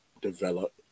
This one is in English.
develop